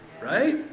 right